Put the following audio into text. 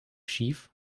schief